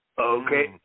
Okay